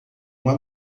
uma